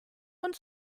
und